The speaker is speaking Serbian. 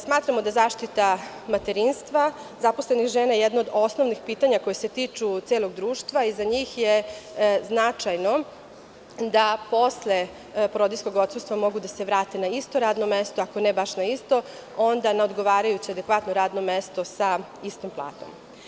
Smatramo da je zaštita materinstva zaposlenih žena jedno od osnovnih pitanja, koje se tiče celog društva i za njih je značajno da posle porodiljskog odsustva mogu da se vrate na isto radno mesto, ako ne baš na isto onda na odgovarajuće, adekvatno radno mesto sa istom platom.